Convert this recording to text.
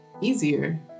easier